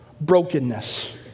brokenness